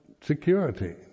security